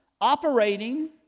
operating